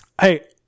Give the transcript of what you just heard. Hey